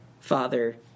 father